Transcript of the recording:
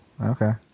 Okay